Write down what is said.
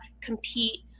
compete